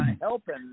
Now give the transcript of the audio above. helping